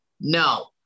No